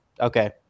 Okay